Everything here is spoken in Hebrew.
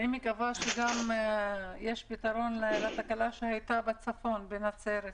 אני מקווה שיש פתרון לתקלה שהייתה בצפון, בנצרת.